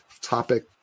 topic